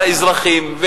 לאזרחים,